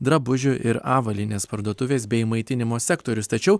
drabužių ir avalynės parduotuvės bei maitinimo sektorius tačiau